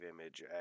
image